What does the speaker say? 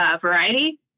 variety